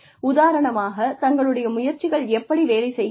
உதாரணமாக தங்களுடைய முயற்சிகள் எப்படி வேலை செய்கிறது